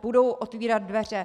Budou otvírat dveře.